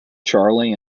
charlie